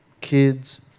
kids